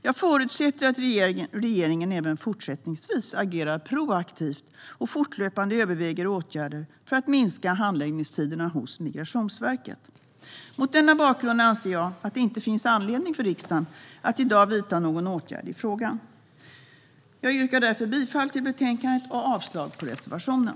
Jag förutsätter att regeringen även fortsättningsvis agerar proaktivt och fortlöpande överväger åtgärder för att minska handläggningstiderna hos Migrationsverket. Mot denna bakgrund anser jag att det inte finns anledning för riksdagen att i dag vidta någon åtgärd i frågan. Jag yrkar därför bifall till utskottets förslag i betänkandet och avslag på reservationen.